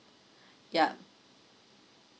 yup